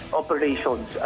operations